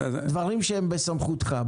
אלה דברים שהם בסמכותך.